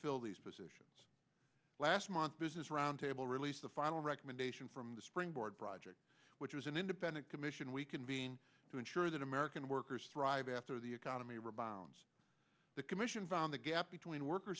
fill these positions last month business roundtable released the final recommendation from the spring board project which is an independent commission we convene to ensure that american workers thrive after the economy rebounds the commission found the gap between worker